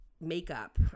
makeup